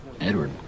Edward